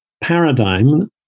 paradigm